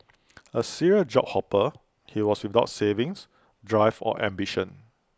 A serial job hopper he was without savings drive or ambition